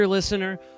Listener